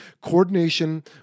coordination